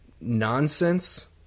nonsense